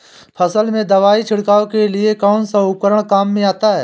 फसल में दवाई छिड़काव के लिए कौनसा उपकरण काम में आता है?